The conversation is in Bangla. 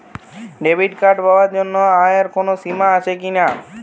ডেবিট কার্ড পাওয়ার জন্য আয়ের কোনো সীমা আছে কি?